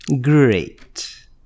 Great